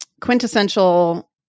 quintessential